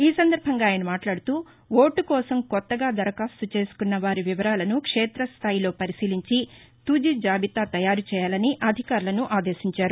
ఈ సందర్బంగా ఆయన మాట్లాడుతూ ఓటు కోసం కొత్తగా దరఖాస్తు చేసుకున్న వారి వివరాలను క్షేతస్టాయిలో పరిశీలించి తుది జాబితా తయారు చేయాలని అధికారులను ఆదేశించారు